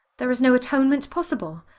there is no atonement possible.